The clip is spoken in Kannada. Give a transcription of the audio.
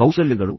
ಮೊದಲ